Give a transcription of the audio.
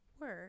work